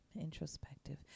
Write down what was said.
introspective